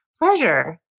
Pleasure